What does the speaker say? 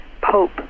pope